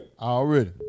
Already